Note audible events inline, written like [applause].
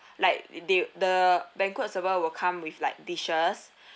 like they the banquet server will come with like dishes [breath]